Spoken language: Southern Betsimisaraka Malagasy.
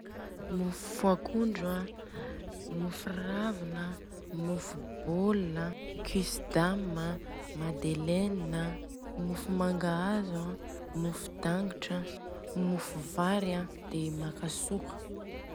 Mofo akondro an, mofo ravina an, mofo bôl an, kisdame an, madeleine an, mofo mangahazo an, mofo dangitra an, mofo vary an, de makasôka.